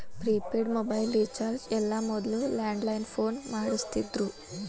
prepaid mobile recharge ಎಲ್ಲ ಮೊದ್ಲ landline phone ಮಾಡಸ್ತಿದ್ರು